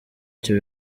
cyo